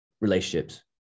relationships